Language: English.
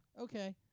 Okay